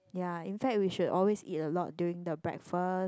ya in fact we should always eat a lot during the breakfast